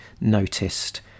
noticed